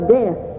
death